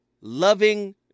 loving